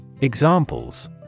Examples